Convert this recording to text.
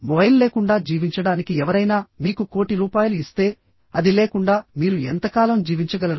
mobile లేకుండా జీవించడానికి ఎవరైనా మీకు కోటి రూపాయలు ఇస్తే అది లేకుండా మీరు ఎంతకాలం జీవించగలరు